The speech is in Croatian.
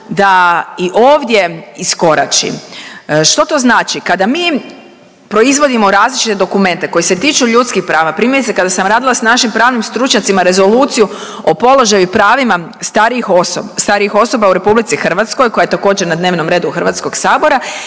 da i ovdje iskorači. Što to znači? Kada mi proizvodimo različite dokumente koji se tiču ljudskih prava, primjerice kada sam radila s našim pravnim stručnjacima rezoluciju o položaju i pravima starijih osoba u RH koja je također na dnevnom redu HS-a, njima